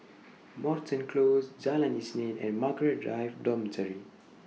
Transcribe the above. Moreton Close Jalan Isnin and Margaret Drive Dormitory